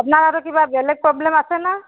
আপোনাৰ আৰু কিবা বেলেগ প্ৰব্লেম আছেনে